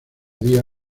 día